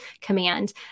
command